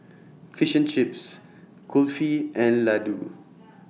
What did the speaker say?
Fish Chips Kulfi and Ladoo